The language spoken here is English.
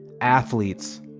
Athletes